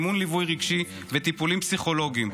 מימון ליווי רגשי וטיפולים פסיכולוגיים,